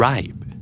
Ripe